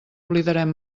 oblidarem